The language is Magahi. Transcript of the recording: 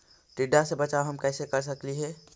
टीडा से बचाव हम कैसे कर सकली हे?